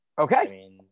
Okay